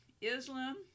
Islam